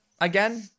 again